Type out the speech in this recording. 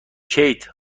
کیت